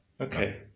Okay